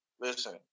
listen